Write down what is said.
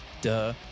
duh